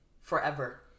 forever